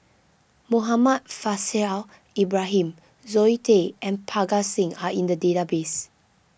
Muhammad Faishal Ibrahim Zoe Tay and Parga Singh are in the database